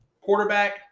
quarterback